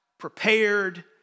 prepared